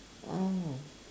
orh